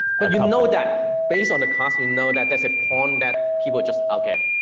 but you know that. based on the class, you know that there's a point that, people just, okay,